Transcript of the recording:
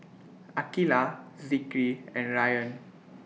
Aqilah Zikri and Ryan